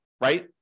right